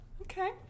okay